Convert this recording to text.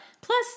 plus